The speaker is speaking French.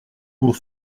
pour